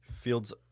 Fields